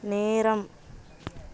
நேரம்